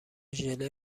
ژله